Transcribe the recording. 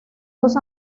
dos